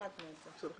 הורדנו את זה.